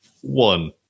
One